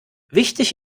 wichtig